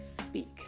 speak